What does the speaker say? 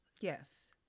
Yes